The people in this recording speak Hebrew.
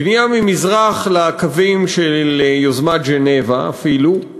בנייה ממזרח לקווים של יוזמת ז'נבה אפילו,